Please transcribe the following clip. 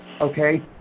okay